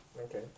Okay